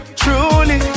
truly